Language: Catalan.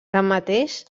tanmateix